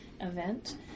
event